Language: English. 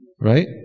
right